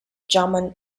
german